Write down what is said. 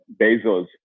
Bezos